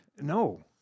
No